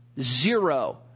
zero